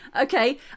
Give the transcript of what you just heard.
Okay